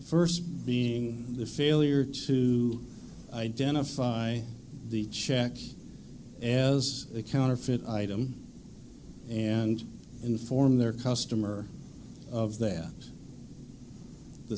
first being the failure to identify the check as a counterfeit item and inform their customer of that the